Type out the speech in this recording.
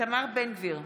אינו נוכח איתמר בן גביר,